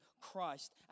Christ